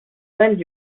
lend